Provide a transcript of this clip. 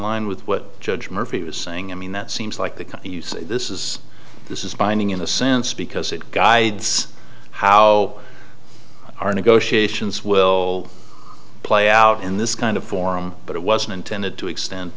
e with what judge murphy was saying i mean that seems like the kind you say this is this is binding in a sense because it guides how our negotiations will play out in this kind of forum but it wasn't intended to extend